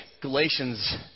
Galatians